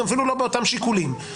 אפילו לא באותם שיקולים.